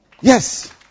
Yes